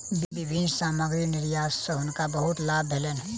विभिन्न सामग्री निर्यात सॅ हुनका बहुत लाभ भेलैन